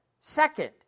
Second